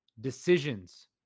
decisions